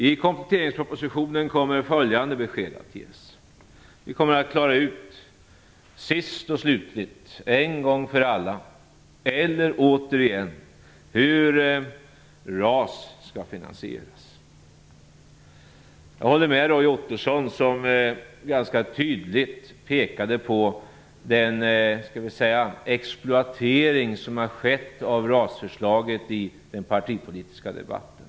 I kompletteringspropositionen kommer följande besked att ges: Vi kommer sist och slutligt, en gång för alla att återigen klara ut hur RAS skall finansieras. Jag håller med Roy Ottosson som ganska tydligt pekade på den exploatering som har skett av RAS-förslaget i den partipolitiska debatten.